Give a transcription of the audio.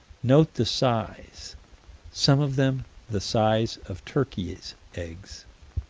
note the size some of them the size of turkeys' eggs.